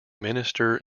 minister